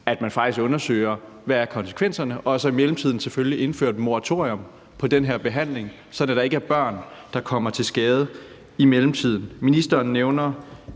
faktisk undersøger, hvad konsekvenserne er, og at man i mellemtiden selvfølgelig indfører et moratorium for den her behandling, sådan at der ikke er børn, der kommer til skade i mellemtiden. Ministeren nævner,